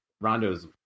Rondo's